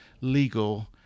legal